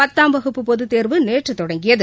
பத்தாம் வகுப்பு பொதுத்தேர்வு நேற்றுதொடங்கியது